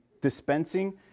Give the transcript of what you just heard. dispensing